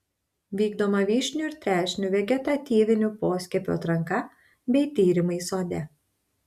vykdoma vyšnių ir trešnių vegetatyvinių poskiepių atranka bei tyrimai sode